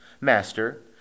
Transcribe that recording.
Master